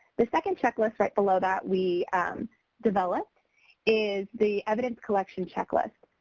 the second checklist right below that we developed is the evidence collection checklist.